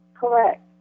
Correct